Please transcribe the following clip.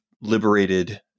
liberated